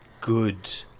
good